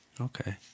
Okay